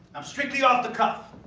i'm strictly off the cuff.